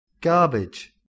garbage